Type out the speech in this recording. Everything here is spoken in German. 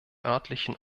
örtlichen